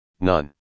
none